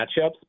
matchups